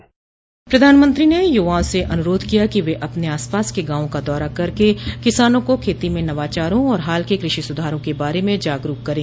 प्रधानमंत्री ने युवाओं से अनुरोध किया कि वे अपने आसपास के गांवों का दौरा करके किसानों को खेती में नवाचारों और हाल के कृषि सुधारों के बारे में जागरूक करें